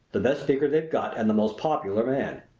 the best speaker they've got and the most popular man.